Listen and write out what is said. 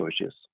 choices